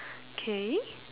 okay